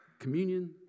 Communion